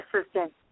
Assistant